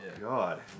God